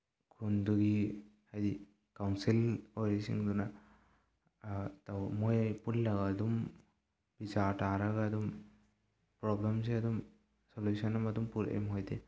ꯈꯨꯟꯗꯨꯒꯤ ꯍꯥꯏꯗꯤ ꯀꯥꯎꯟꯁꯤꯜ ꯑꯣꯏꯔꯤꯁꯤꯡꯗꯨꯅ ꯃꯣꯏ ꯄꯨꯜꯂꯒ ꯑꯗꯨꯝ ꯕꯤꯆꯥꯔ ꯇꯥꯔꯒ ꯑꯗꯨꯝ ꯄ꯭ꯔꯣꯕ꯭ꯂꯦꯝꯁꯦ ꯑꯗꯨꯝ ꯂꯣꯏꯁꯤꯟꯅꯕ ꯑꯗꯨꯝ ꯄꯨꯔꯛꯑꯦ ꯃꯣꯏꯗꯤ